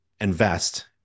invest